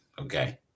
okay